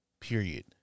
period